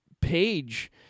page